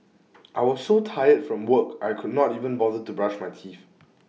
I was so tired from work I could not even bother to brush my teeth